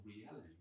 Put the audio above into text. reality